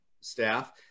staff